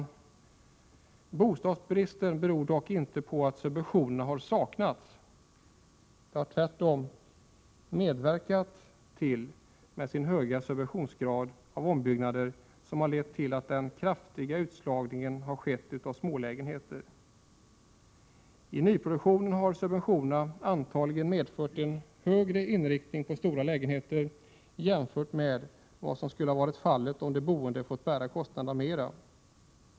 Bostadsbristen beror dock inte på att subventioner har saknats. Den höga subventionsgraden då det gäller ombyggnader har tvärtom medverkat till den kraftiga utslagningen av smålägenheter. I nyproduktionen har subventionerna antagligen medfört en högre inriktning på stora lägenheter jämfört med vad som skulle ha varit fallet om de boende fått bära kostnaderna i större utsträckning.